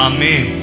Amen